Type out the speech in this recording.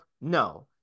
No